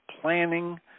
planning